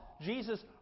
Jesus